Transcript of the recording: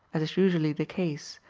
as is usually the case,